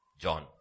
John